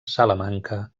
salamanca